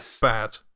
bad